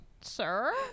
Sir